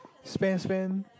spend spend